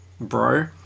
bro